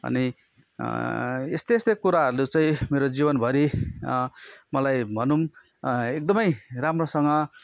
अनि यस्तै यस्तै कुराहरू चाहिँ मेरो जीवनभरि मलाई भनौँ एकदमै राम्रोसँग